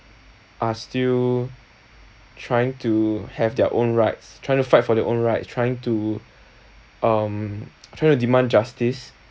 are still trying to have their own rights trying to fight for their own rights trying to um trying to demand justice